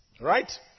Right